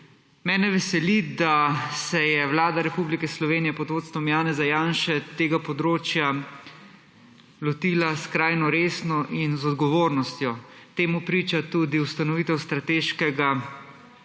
Mene veseli, da se je Vlada Republike Slovenije pod vodstvom Janeza Janše tega področja lotila skrajno resno in z odgovornostjo. Temu priča tudi ustanovitev Strateškega